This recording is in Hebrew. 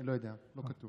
אני לא יודע, לא כתוב.